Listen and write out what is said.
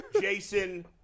Jason